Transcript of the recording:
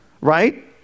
Right